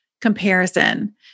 comparison